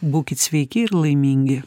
būkit sveiki ir laimingi